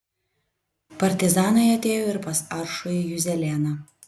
partizanai atėjo ir pas aršųjį juzelėną